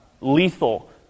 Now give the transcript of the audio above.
lethal